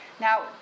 Now